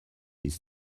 this